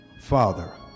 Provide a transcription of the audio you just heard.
Father